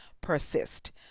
persist